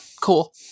cool